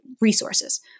resources